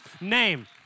name